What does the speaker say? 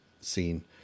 scene